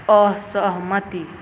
असहमति